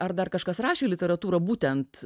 ar dar kažkas rašė literatūrą būtent